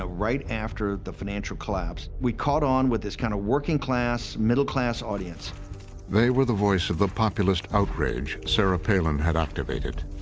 ah right after the financial collapse. we caught on with this kind of working-class, middle-class audience. narrator they were the voice of the populist outrage sarah palin had activated,